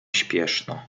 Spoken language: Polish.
śpieszno